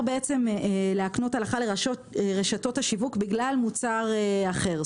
להקנות הנחה לרשתות השיווק בגלל מוצר אחר,